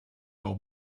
old